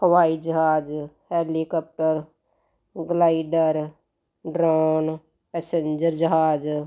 ਹਵਾਈ ਜਹਾਜ helicopter glider drone passenger ਜਹਾਜ